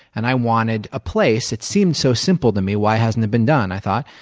and i wanted a place, it seemed so simple to me, why hasn't it been done? i thought.